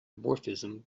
morphism